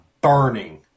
burning